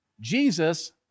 Jesus